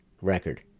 record